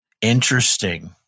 Interesting